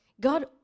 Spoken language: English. God